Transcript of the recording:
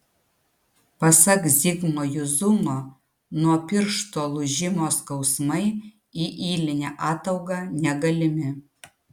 pasak zigmo juzumo nuo piršto lūžimo skausmai į ylinę ataugą negalimi